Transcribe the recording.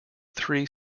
three